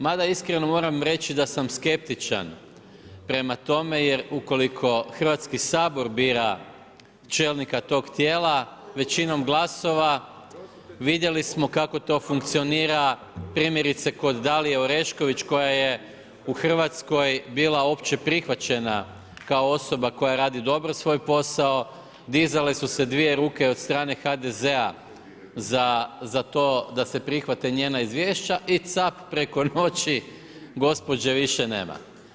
Mada iskreno moram reći da sam skeptičan prema tome jer ukoliko Hrvatski sabor bira čelnika tog tijela većinom glasova vidjeli smo kako to funkcionira primjerice kod Dalije Orešković koja je u Hrvatskoj bila opće prihvaćena kao osoba koja radi dobro svoj posao, dizale su se dvije ruke od strane HDZ-a za to da se prihvate njena izvješća i cap preko noći gospođe više nema.